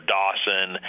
Dawson